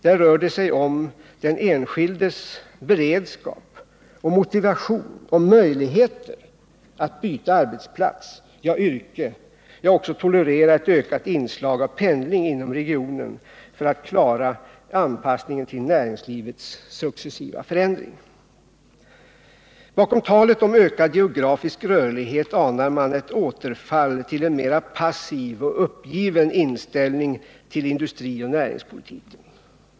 Där rör det sig om den enskildes beredskap, motivation och möjligheter att byta arbetsplats och yrke —ja, också tolerera ett ökat inslag av pendling inom regionen för att klara anpassningen till näringslivets successiva förändring. Bakom talet om ökad geografisk rörlighet anar man ett återfall till en mera passiv och uppgiven inställning till industrioch näringspolitiken.